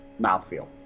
mouthfeel